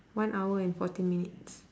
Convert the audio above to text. one hour and fourteen minutes